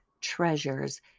treasures